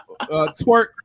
twerk